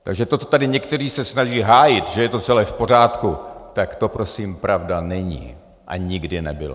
Takže to, co se tady někteří snaží hájit, že je to celé v pořádku, tak to prosím pravda není a nikdy nebyla.